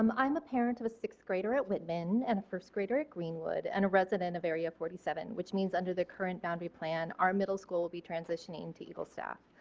um i am a parent of a sixth-grader at whitman and a first grader at greenwood and a resident of area forty seven which means under the current boundary plan our middle school will be transitioning to eagle staff.